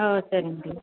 సరే అండి